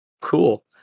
cool